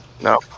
No